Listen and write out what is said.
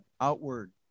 outward